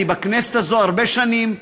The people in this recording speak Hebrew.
אני בכנסת הזאת הרבה שנים,